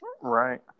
Right